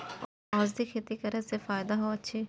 औषधि खेती करे स फायदा होय अछि?